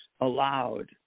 Allowed